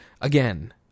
Again